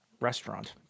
restaurant